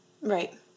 Right